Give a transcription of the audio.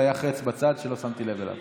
והיה חץ בצד שלא שמתי לב אליו.